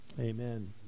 Amen